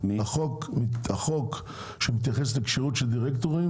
החוק שמתייחס לכשירות של דירקטורים,